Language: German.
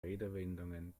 redewendungen